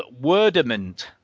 Wordament